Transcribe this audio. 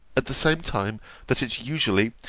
at the same time that it usually,